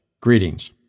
Greetings